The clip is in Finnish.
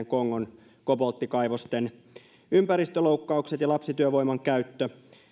kongon kobolttikaivosten ympäristöloukkaukset ja lapsityövoiman käyttö